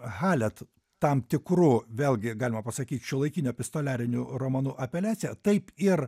halet tam tikru vėlgi galima pasakyt šiuolaikiniu epistoliariniu romanu apeliacija taip ir